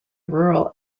rural